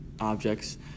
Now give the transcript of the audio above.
objects